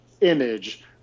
image